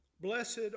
blessed